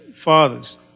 fathers